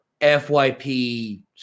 FYP